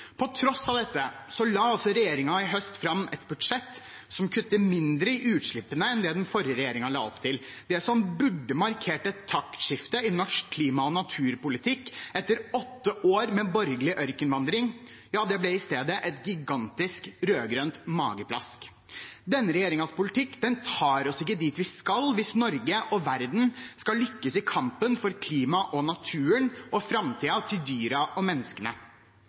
På tross av dette la altså regjeringen i høst fram et budsjett som kutter mindre i utslippene enn det den forrige regjeringen la opp til. Det som burde markert et taktskifte i norsk klima- og naturpolitikk etter åtte år med borgerlig ørkenvandring, ble i stedet et gigantisk rød-grønt mageplask. Denne regjeringens politikk tar oss ikke dit vi skal hvis Norge og verden skal lykkes i kampen for klimaet og naturen og framtiden til dyrene og menneskene.